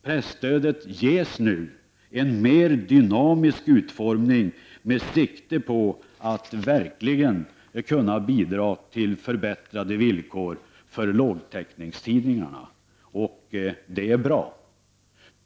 Presstödet ges nu en mer dynamisk utformning med sikte på att verkligen kunna bidra till förbättrade villkor för lågtäckningstidningarna. Det är bra.